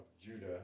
Judah